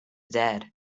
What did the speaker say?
dead